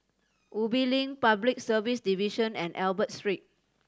Ubi Link Public Service Division and Albert Street